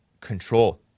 control